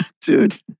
dude